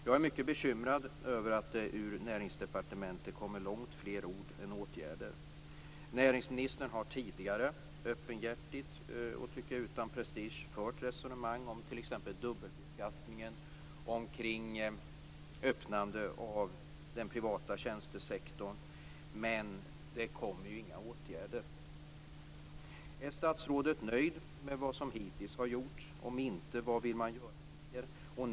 Jag är mycket bekymrad över att det från Näringsdepartementet kommer långt fler ord än åtgärder. Näringsministern har tidigare öppenhjärtigt och utan prestige fört resonemang om t.ex. dubbelbeskattningen och öppnande av den privata tjänstesektorn. Men det kommer inga åtgärder. Är statsrådet nöjd med vad som hittills har gjorts? Om inte, vad vill han göra ytterligare?